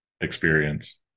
experience